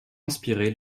inspiré